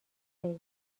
خیر